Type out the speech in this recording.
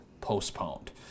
postponed